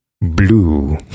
Blue